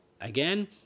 again